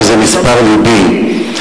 שזה מספר "לבי".